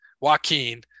Joaquin